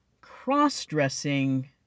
cross-dressing